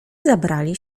zabrali